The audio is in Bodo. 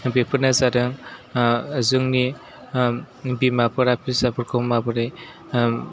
बेफोरनो जादों जोंनि बिमाफोरा फिसाफोरखौ माबोरै